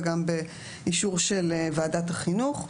וגם באישור של ועדת החינוך,